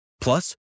plus